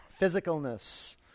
physicalness